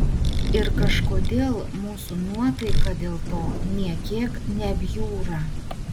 ir kažkodėl mūsų nuotaika dėl to nė kiek nebjūra